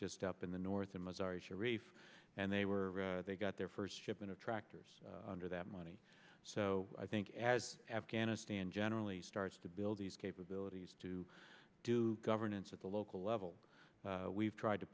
just up in the north of mozart's sharif and they were they got their first shipment of tractors under that money so i think as afghanistan generally starts to build these capabilities to do governance at the local level we've tried to